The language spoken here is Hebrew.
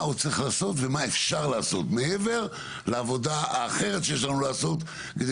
מה עוד צריך לעשות ומה אפשר לעשות מעבר לעבודה האחרת שיש לנו לעשות כדי